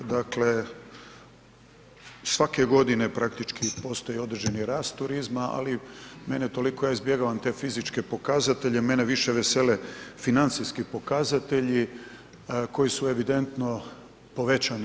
Dakle, svake godine praktički postoji određeni rast turizma, ali mene toliko, ja izbjegavam te fizičke pokazatelje, mene više vesele financijski pokazatelji koji su evidentno povećani.